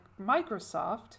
microsoft